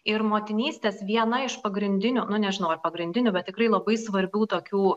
ir motinystės viena iš pagrindinių nu nežinau ar pagrindinių bet tikrai labai svarbių tokių